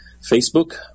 Facebook